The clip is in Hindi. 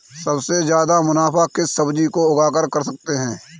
सबसे ज्यादा मुनाफा किस सब्जी को उगाकर कर सकते हैं?